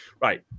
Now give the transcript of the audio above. Right